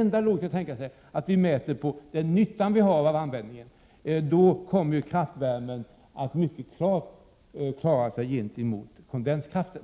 enda logiska är att mäta på den nytta vi har av anläggningen. Gör man det, kommer kraftvärmen att hävda sig mycket väl gentemot kondenskraften.